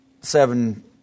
seven